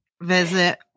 visit